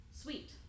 Sweet